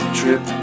trip